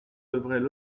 devraient